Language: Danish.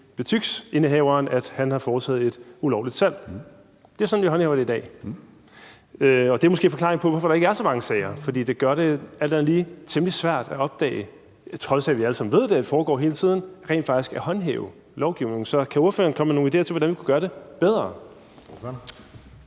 butiksindehaveren, at han har foretaget et ulovligt salg. Det er sådan, man håndhæver det i dag. Og det er måske forklaringen på, hvorfor der ikke er så mange sager, for det gør det alt andet lige temmelig svært at opdage, på trods af at vi alle sammen ved, at det foregår hele tiden, og rent faktisk at håndhæve lovgivningen. Så kan ordføreren komme med nogen idéer til, hvordan vi kunne gøre det bedre?